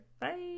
bye